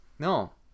No